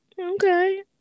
Okay